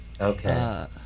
Okay